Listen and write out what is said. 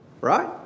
Right